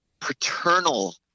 paternal